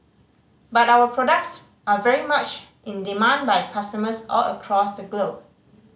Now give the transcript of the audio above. but our products are very much in demand by customers all across the globe